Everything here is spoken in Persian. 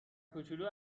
کوچولو